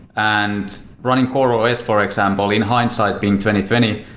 and running coreos, for example, in hindsight being twenty twenty,